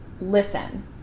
Listen